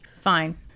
Fine